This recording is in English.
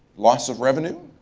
lost of revenue,